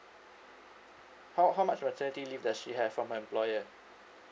how how much maternity leave does she have from her employer